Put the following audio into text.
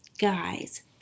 Guys